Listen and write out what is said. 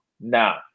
now